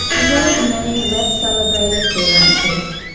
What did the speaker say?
as well as many less-celebrated freelancers.